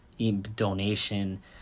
donation